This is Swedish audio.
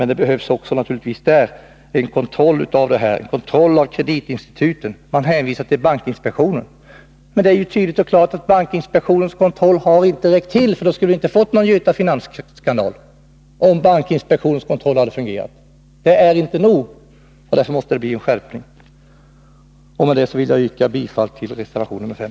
Det behövs emellertid en kontroll av kreditinstituten. Man hänvisar till bankinspektionen, men det är tydligt och klart att bankinspektionen inte räckt till — då skulle vi inte ha fått någon Göta Finans-skandal. Bankinspektionen är inte nog. Därför måste det bli skärpning. Med detta yrkar jag bifall till vår reservation nr 5.